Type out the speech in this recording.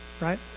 right